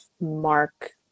mark